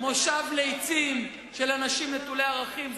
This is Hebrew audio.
מושב לצים של אנשים נטולי ערכים.